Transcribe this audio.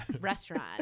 restaurant